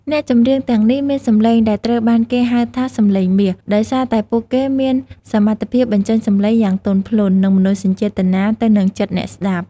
អ្នកចម្រៀងទាំងនេះមានសម្លេងដែលត្រូវបានគេហៅថា “សម្លេងមាស” ដោយសារតែពួកគេមានសមត្ថភាពបញ្ចេញសំឡេងយ៉ាងទន់ភ្លន់ និងមនោសញ្ចេតនាទៅនឹងចិត្តអ្នកស្ដាប់។